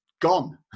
gone